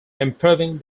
improving